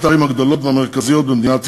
הערים הגדולות והמרכזיות במדינת ישראל.